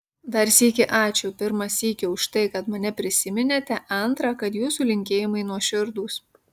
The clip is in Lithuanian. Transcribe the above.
dar sykį ačiū pirmą sykį už tai kad mane prisiminėte antrą kad jūsų linkėjimai nuoširdūs